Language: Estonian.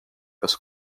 kas